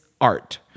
art